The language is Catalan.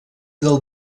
del